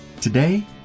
Today